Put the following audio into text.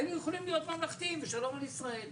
היינו יכולים להיות ממלכתיים ושלום על ישראל.